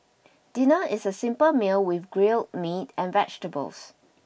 dinner is a simple meal with grilled meat and vegetables